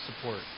support